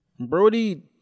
Brody